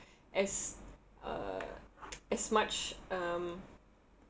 as uh as much um